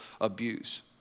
abuse